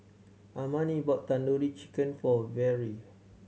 Armani bought Tandoori Chicken for Vere